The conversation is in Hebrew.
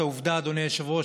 אדוני היושב-ראש,